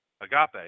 Agape